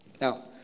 Now